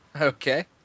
Okay